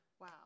Wow